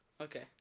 Okay